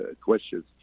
questions